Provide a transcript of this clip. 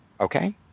Okay